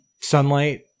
sunlight